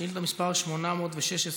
שאילתה מס' 816,